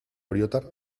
oriotar